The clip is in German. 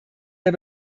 der